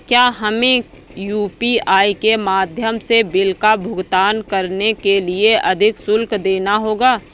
क्या हमें यू.पी.आई के माध्यम से बिल का भुगतान करने के लिए अधिक शुल्क देना होगा?